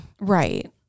Right